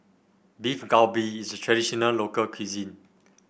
Beef Galbi is a traditional local cuisine